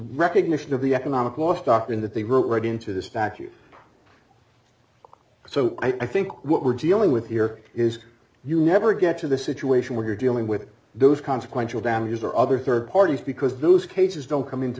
recognition of the economic loss doctrine that they wrote right into this vacuum so i think what we're dealing with here is you never get to the situation where you're dealing with those consequential damages or other third parties because those cases don't come into